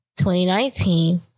2019